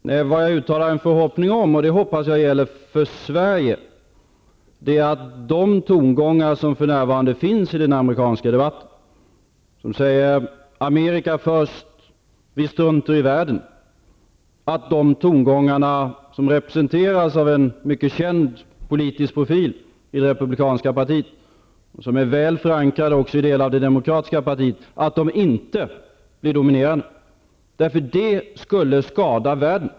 Fru talman! Vad jag uttalade min förhoppning om, vilket jag hoppas gäller för Sverige, var att de tongångar som för närvarande finns i den amerikanska debatten -- Amerika först, vi struntar i världen -- och som representeras av en mycket känd politisk profil i det republikanska partiet, och som även är väl förankrade i delar av det demokratiska partiet, inte blir dominerande. Det skulle skada världen.